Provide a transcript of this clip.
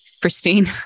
pristine